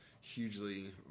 hugely